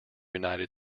united